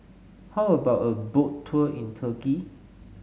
how about a Boat Tour in Turkey